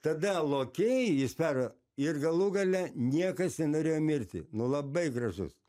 tada lokiai jis per ir galų gale niekas nenorėjo mirti nu labai gražus